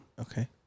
Okay